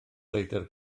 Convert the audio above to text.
leidr